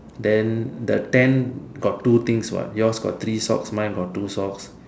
then the tent got three things what yours got three socks mine got two socks